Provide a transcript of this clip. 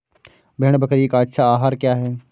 भेड़ बकरी का अच्छा आहार क्या है?